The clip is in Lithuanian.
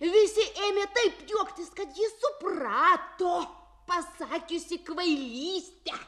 visi ėmė taip juoktis kad ji suprato pasakiusi kvailystę